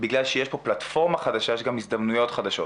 בגלל שיש פה פלטפורמה חדשה יש גם הזדמנויות חדשות.